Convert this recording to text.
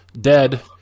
dead